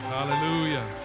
Hallelujah